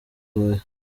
huye